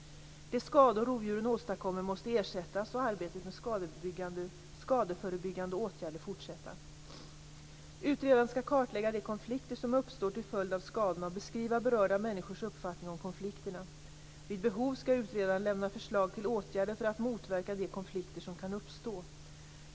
De skador rovdjuren åstadkommer måste ersättas och arbetet med skadeförebyggande åtgärder fortsätta. Utredaren skall kartlägga de konflikter som uppstår till följd av skadorna och beskriva berörda människors uppfattning om konflikterna. Vid behov skall utredaren lämna förslag till åtgärder för att motverka de konflikter som kan uppstå.